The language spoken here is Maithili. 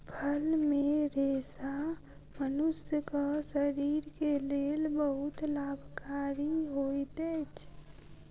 फल मे रेशा मनुष्यक शरीर के लेल बहुत लाभकारी होइत अछि